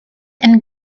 and